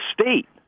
state